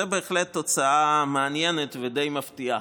זו בהחלט תוצאה מעניינת ודי מפתיעה.